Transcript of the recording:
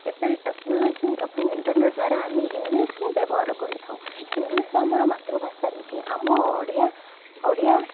ଏବେ ଟେକ୍ନୋଲୋଜି ଏବଂ ଇଣ୍ଟରନେଟ୍ ଦ୍ଵାରା ଆମେ ଇଂଲିଶ ହିଁ ବ୍ୟବହାର କରିଥାଉ ଇଂଲିଶ ଆମର ମାତୃଭାଷା ନୁହେଁ ଆମ ଓଡ଼ିଆ ଓଡ଼ିଆ